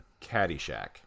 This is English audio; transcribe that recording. Caddyshack